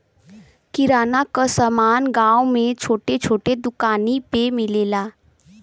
किराना क समान गांव में छोट छोट दुकानी पे मिलेला